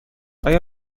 آیا